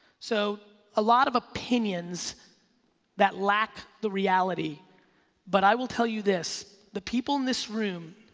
so a lot of opinions that lack the reality but i will tell you this, the people in this room